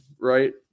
right